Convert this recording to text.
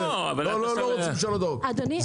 אדוני --- לא רוצים לשנות את החוק,